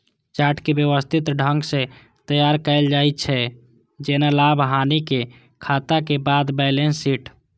chart कें व्यवस्थित ढंग सं तैयार कैल जाइ छै, जेना लाभ, हानिक खाताक बाद बैलेंस शीट